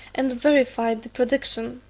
and verified the prediction.